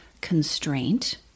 constraint